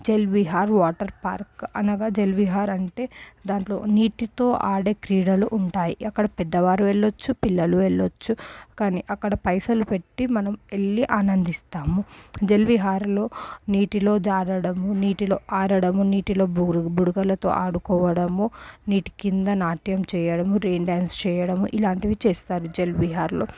Jalavihar water park అనగా జలవిహార్ అంటే దాంట్లో నీటితో ఆడే క్రీడలు ఉంటాయి అక్కడ పెద్దవారు వెళ్ళొచ్చు పిల్లలు వెళ్ళొచ్చు కానీ అక్కడ పైసలు పెట్టి మనం వెళ్ళి ఆనందిస్తాము జలవిహార్లో నీటిలో జారడం నీటిలో ఆడడము నీటిలో బుడ బుడగలతో ఆడుకోవడము నీటి కింద నాట్యం చేయడము రెయిన్ డాన్స్ చేయడము ఇలాంటివి చేస్తారు జలవిహార్లో